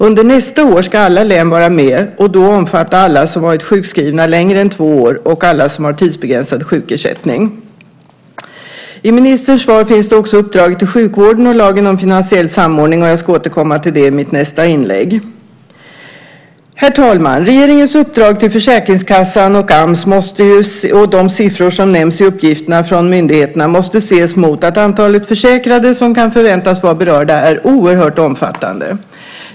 Under nästa år ska alla län vara med och då omfatta alla som varit sjuskrivna längre än två år och alla som har tidsbegränsad sjukersättning. I ministerns svar berörs också uppdraget till sjukvården och lagen om finansiell samordning, och jag ska återkomma till det i mitt nästa inlägg. Herr talman! Regeringens uppdrag till Försäkringskassan och Ams och de siffror som nämns i uppgifterna från myndigheterna måste ses mot att antalet försäkrade som kan förväntas vara berörda är oerhört omfattande.